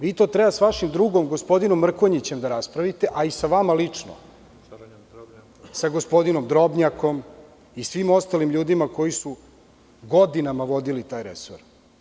Vi to trebate sa vašim drugom, gospodinom Mrkonjićem da raspravite, a i sa vama lično, kao i sa gospodinom Drobnjakom i svim ostalim ljudima koji su godinama vodili taj resor.